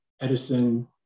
Edison